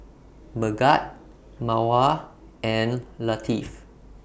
Megat Mawar and Latif